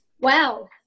wow